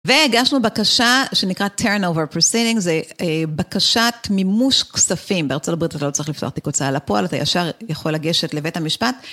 והגשנו בקשה שנקרא turnover proceedings, זה בקשת מימוש כספים בארצות הברית, אתה לא צריך לפתוח תיק הוצאה לפועל, אתה ישר יכול לגשת לבית המשפט.